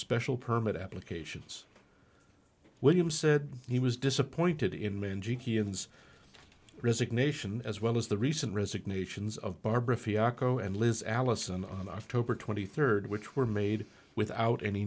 special permit applications williams said he was disappointed in managing he ins resignation as well as the recent resignations of barbara fiasco and liz allison on october twenty third which were made without any